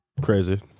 Crazy